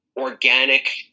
organic